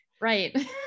right